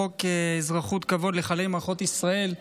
בחוק אזרחות כבוד לחללי מערכות ישראל,